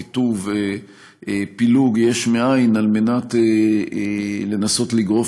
קיטוב ופילוג יש מאין על מנת לנסות לגרוף